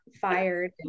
fired